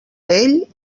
ell